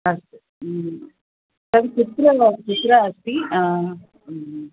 अस्तु तत् कुत्र कुत्र अस्ति